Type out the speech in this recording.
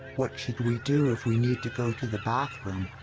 what should we do if we need to go to the bathroom?